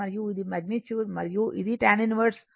మరియు ఇది మగ్నిట్యూడ్ మరియు ఇది tan 1 1ω c